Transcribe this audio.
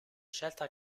scelta